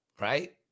Right